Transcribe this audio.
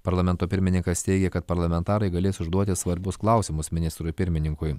parlamento pirmininkas teigia kad parlamentarai galės užduoti svarbius klausimus ministrui pirmininkui